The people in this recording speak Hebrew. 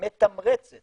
מתמרצת